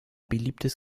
beliebtes